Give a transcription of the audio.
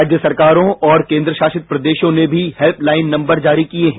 राज्य सरकारों और केंद्रशासित प्रदेशों ने भी हेल्प लाइन नंबर जारी किए हैं